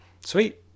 Sweet